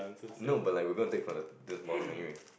no but like we gonna take from the the bottom anyway